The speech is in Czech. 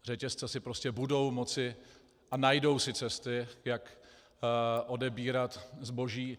Řetězce si prostě budou moci a najdou si cesty, jak odebírat zboží.